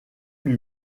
lui